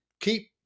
keep